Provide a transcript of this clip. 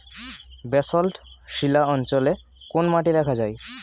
Basalt শিলা অঞ্চলে কোন মাটি দেখা যায়?